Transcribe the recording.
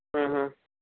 हम्म हम्म